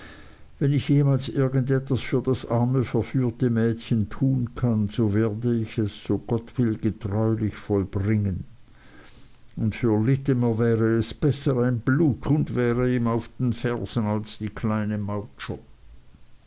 wenn ich jemals irgendetwas für das arme verführte mädchen tun kann so werde ich es so gott will getreulich vollbringen und für littimer wäre es besser ein bluthund wäre ihm auf den fersen als die kleine